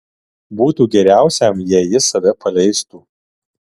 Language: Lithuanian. būtų geriausiam jei jis save paleistų